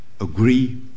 agree